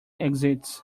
exits